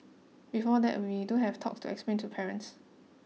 before that we do have talks to explain to parents